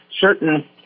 certain